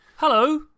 Hello